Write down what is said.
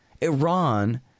Iran